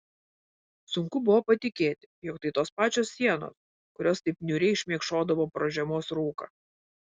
sunku buvo patikėti jog tai tos pačios sienos kurios taip niūriai šmėkšodavo pro žiemos rūką